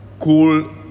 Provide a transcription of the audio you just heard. cool